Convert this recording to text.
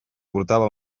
portava